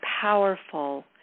powerful